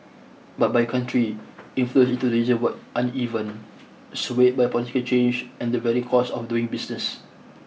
but by country inflows into the region were uneven swayed by political change and the varying costs of doing business